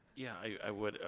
yeah, i would.